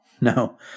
No